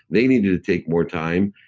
they needed to take more time.